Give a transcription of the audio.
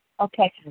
Okay